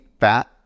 fat